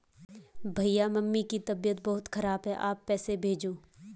भैया मम्मी की तबीयत बहुत खराब है आप पैसे भेजो